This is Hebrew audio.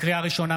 לקריאה ראשונה,